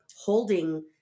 holding